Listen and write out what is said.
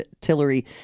Tillery